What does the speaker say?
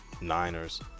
Niners